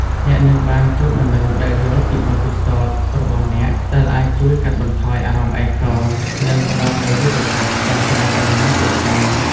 អ្នកនឹងបានជួបមនុស្សដែលយល់ពីបទពិសោធន៍របស់អ្នក ដែលអាចជួយកាត់បន្ថយអារម្មណ៍ឯកោ និងផ្តល់នូវយុទ្ធសាស្ត្រដោះស្រាយបញ្ហាជាក់ស្តែង។